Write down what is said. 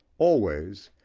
always,